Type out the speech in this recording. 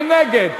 מי נגד?